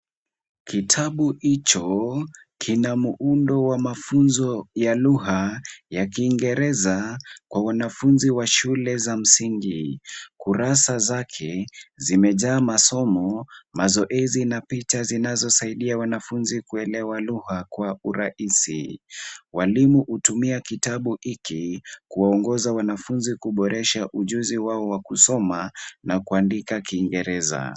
Kitabu hicho kina muundo wa mafunzo ya lugha ya kingereza kwa wanafunzi wa shule za msingi. Kurasa zake zimejaa masomo, mazoezi na picha zinazosaidia wanafunzi kuelewa lugha kwa urahisi. Walimu hutumia kitabu hiki kuwaongoza wanafunzi kuboresha ujuzi wao wa kusoma na kuandika kingereza.